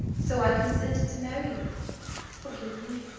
so i consented to marry you forgive me,